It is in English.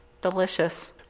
delicious